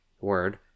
word